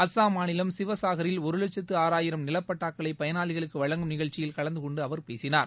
அஸ்ஸாம் மாநிலம் சிவசாஹரில் ஒரு லட்சத்து ஆறாயிரம் நிலப்பட்டாக்களை பயனாளிகளுக்கு வழங்கும் நிகழ்ச்சியில் கலந்து கொண்டு அவர் பேசினார்